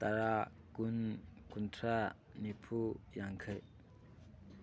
ꯇꯔꯥ ꯀꯨꯟ ꯀꯨꯟꯊ꯭ꯔꯥ ꯅꯤꯐꯨ ꯌꯥꯡꯈꯩ